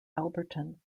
alberton